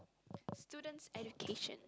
student's education